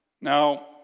Now